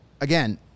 again